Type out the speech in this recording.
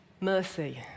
mercy